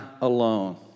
alone